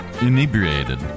inebriated